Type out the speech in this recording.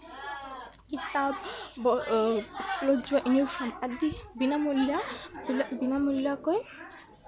কিতাপ স্কুলত যোৱা ইউনিফৰ্ম আদি বিনামূল্যা বিনামূলীয়াকৈ